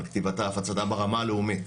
על כתיבתה והפצתה ברמה הלאומית.